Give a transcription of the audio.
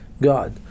God